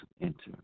enter